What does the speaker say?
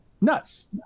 Nuts